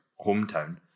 hometown